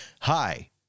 hi